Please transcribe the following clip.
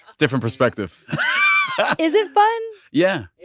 different perspective is it fun? yeah. yeah